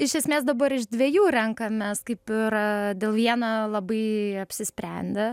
iš esmės dabar iš dviejų renkamės kaip yra dėl vieno labai apsisprendę